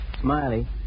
Smiley